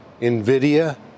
Nvidia